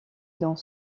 dans